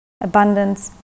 abundance